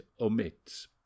omits